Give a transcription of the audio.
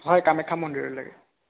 হয় কামাখ্যা মন্দিৰলৈ